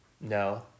no